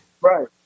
Right